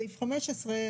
סעיף 15,